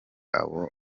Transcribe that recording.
abo